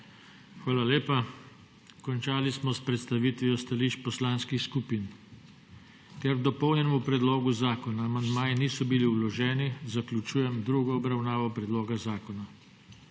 Hvala lepa. Končali smo s predstavitvijo stališč poslanskih skupin. Ker k dopolnjenemu predlogu zakona amandmaji niso bili vloženi zaključujem drugo obravnavo predloga zakona.